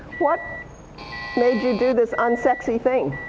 what made you do this unsexy thing?